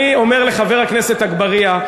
אני אומר לחבר הכנסת אגבאריה,